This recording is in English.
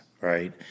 right